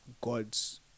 God's